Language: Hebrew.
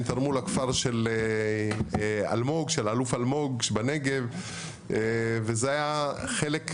תרמו לכפר של אלוף אלמוג בנגב וזה היה חלק מקהילתיות.